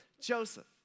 Joseph